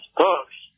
books